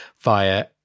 via